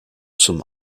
zum